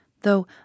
though